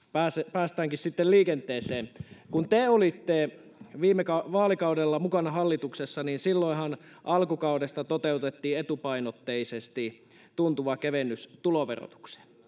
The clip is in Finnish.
päästäänkin sitten liikenteeseen kun te olitte viime vaalikaudella mukana hallituksessa niin silloinhan alkukaudesta toteutettiin etupainotteisesti tuntuva kevennys tuloverotukseen